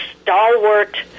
stalwart